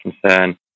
concern